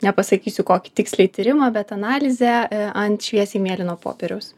nepasakysiu kokį tiksliai tyrimą bet analizę ant šviesiai mėlyno popieriaus